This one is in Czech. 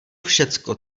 všecko